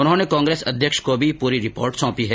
उन्होंने कांग्रेस अध्यक्ष को भी पूरी रिपोर्ट सौंपी है